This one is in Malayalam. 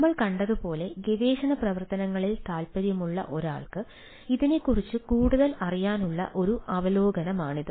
നമ്മൾ കണ്ടതുപോലെ ഗവേഷണ പ്രവർത്തനങ്ങളിൽ താൽപ്പര്യമുള്ള ഒരാൾക്ക് ഇതിനെക്കുറിച്ച് കൂടുതൽ അറിയാനുള്ള ഒരു അവലോകനമാണിത്